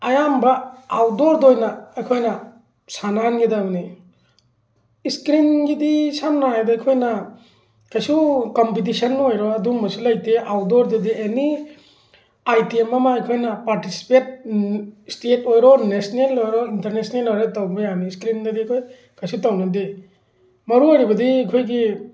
ꯑꯌꯥꯝꯕ ꯑꯥꯎꯠꯗꯣꯔꯗ ꯑꯣꯏꯅ ꯑꯩꯈꯣꯏꯅ ꯁꯥꯟꯅꯍꯟꯒꯗꯕꯅꯤ ꯏꯁꯀ꯭ꯔꯤꯟꯒꯤꯗꯤ ꯁꯝꯅ ꯍꯥꯏꯔꯕꯗ ꯑꯩꯈꯣꯏꯅ ꯀꯩꯁꯨ ꯀꯝꯄꯤꯇꯤꯁꯟ ꯑꯣꯏꯔꯣ ꯑꯗꯨꯝꯕꯁꯨ ꯂꯩꯇꯦ ꯑꯥꯎꯠꯗꯣꯔꯗꯗꯤ ꯑꯦꯅꯤ ꯑꯥꯏꯇꯦꯝ ꯑꯃ ꯑꯩꯈꯣꯏꯅ ꯄꯥꯔꯇꯤꯁꯤꯄꯦꯠ ꯏꯁꯇꯦꯠ ꯑꯣꯏꯔꯣ ꯅꯦꯁꯅꯦꯜ ꯑꯣꯏꯔꯣ ꯏꯟꯇꯔꯅꯦꯁꯅꯦꯜ ꯑꯣꯏꯔꯣ ꯇꯧꯕ ꯌꯥꯅꯤ ꯏꯁꯀ꯭ꯔꯤꯟꯗꯗꯤ ꯑꯩꯈꯣꯏ ꯀꯩꯁꯨ ꯇꯧꯅꯗꯦ ꯃꯔꯨꯑꯣꯏꯔꯤꯕꯗꯤ ꯑꯩꯈꯣꯏꯒꯤ